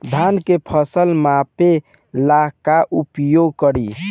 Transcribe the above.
धान के फ़सल मापे ला का उपयोग करी?